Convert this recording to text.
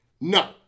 No